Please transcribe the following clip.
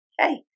hey